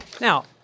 Now